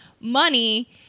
money